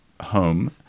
home